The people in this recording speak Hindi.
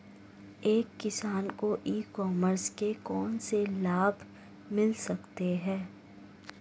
एक किसान को ई कॉमर्स के कौनसे लाभ मिल सकते हैं?